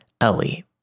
Ellie